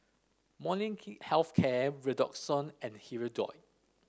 Molnylcke Health Care Redoxon and Hirudoid